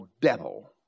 devil